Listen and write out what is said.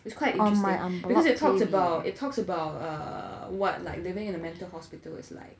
it's quite interesting because it talked about it talks about err what like living in a mental hospital is like